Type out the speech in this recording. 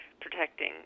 protecting